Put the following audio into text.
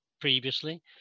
previously